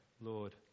Lord